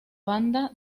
banda